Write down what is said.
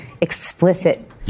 explicit